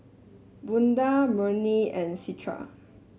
Bunga Murni and Citra